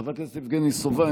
חבר הכנסת יבגני סובה,